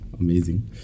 amazing